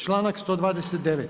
Članak 129.